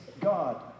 God